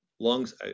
lungs